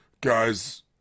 Guys